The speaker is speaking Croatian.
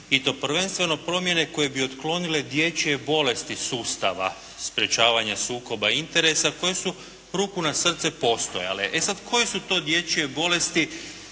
i to prvenstveno promjene koje bi otklonile dječje bolesti sustava sprječavanja sukoba interesa koje su, ruku na srce, postojale. E sad, koje su to dječje bolesti